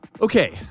Okay